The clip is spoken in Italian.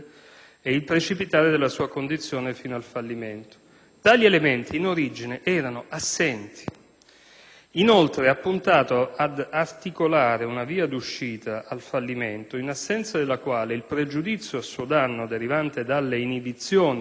e il precipitare della sua condizione fino al fallimento. Tali elementi in origine erano assenti. Inoltre, ha puntato ad articolare una via d'uscita al fallimento, in assenza della quale il pregiudizio a suo danno derivante dalle inibizioni